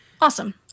Awesome